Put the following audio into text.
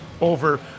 over